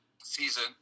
season